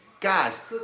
guys